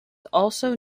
also